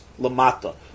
lamata